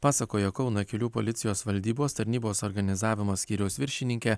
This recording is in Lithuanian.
pasakojo kauno kelių policijos valdybos tarnybos organizavimo skyriaus viršininkė